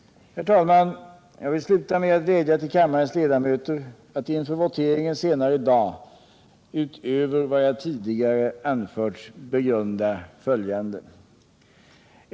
Herr talman! Jag vill avslutningsvis vädja till kammarens ledamöter att inför voteringen senare i dag, utöver vad jag tidigare anfört, begrunda följande konstaterande.